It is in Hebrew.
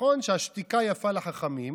נכון שהשתיקה יפה לחכמים,